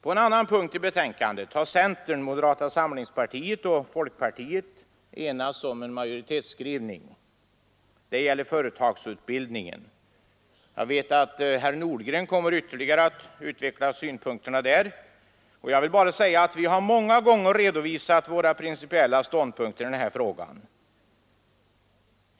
På en annan punkt i betänkandet har centern, moderata samlingspartiet och folkpartiet enats om en majoritetsskrivning. Det gäller företagsutbildningen. Jag vet att herr Nordgren kommer att ytterligare utveckla synpunkterna där, och jag vill bara säga att vi många gånger har redovisat våra principiella ståndpunkter i den här frågan.